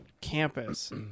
campus